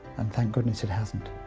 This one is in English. and thank goodness it hasn't.